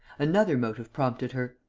another motive prompted her.